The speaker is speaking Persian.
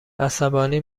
عصبانی